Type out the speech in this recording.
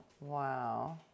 Wow